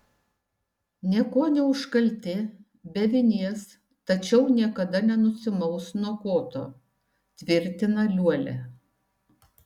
niekuo neužkalti be vinies tačiau niekada nenusimaus nuo koto tvirtina liuolia